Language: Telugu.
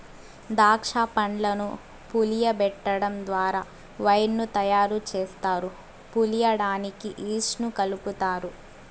దాక్ష పండ్లను పులియబెటడం ద్వారా వైన్ ను తయారు చేస్తారు, పులియడానికి ఈస్ట్ ను కలుపుతారు